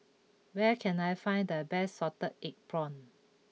where can I find the best Salted Egg Prawns